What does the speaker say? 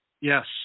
Yes